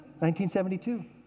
1972